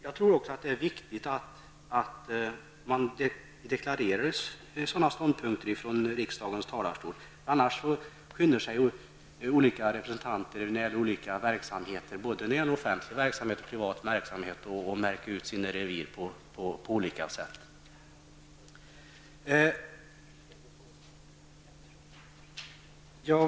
Jag tror också att det är viktigt att sådana ståndpunkter deklareras från riksdagens talarstol, annars skyndar sig olika representanter både när det gäller offentlig verksamhet och privat verksamhet, att markera ut sina revir på olika sätt.